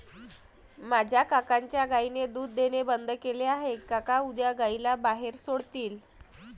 माझ्या काकांच्या गायीने दूध देणे बंद केले आहे, काका उद्या गायीला बाहेर सोडतील